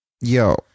Yo